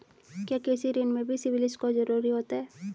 क्या कृषि ऋण में भी सिबिल स्कोर जरूरी होता है?